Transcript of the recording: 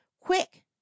Quick